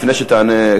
לפני שתענה,